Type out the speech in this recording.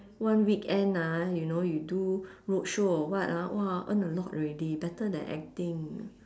one weekend ah you know you do roadshow or what ah !wah! earn a lot already better than acting